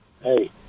Hey